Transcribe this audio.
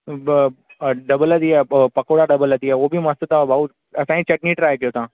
ॿ डबल जी आहे ॿ पकोड़ा डबल जी आहे उहो बि मस्तु अथव भाऊ असांजी चटनी ट्राय कयो तव्हां